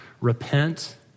Repent